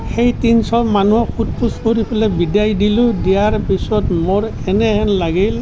সেই তিনিশ মানুহক সোধ পোছ কৰি পেলাই বিদাই দিলোঁ দিয়াৰ পিছত মোৰ এনেহেন লাগিল